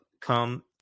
come